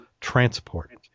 transport